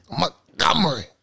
Montgomery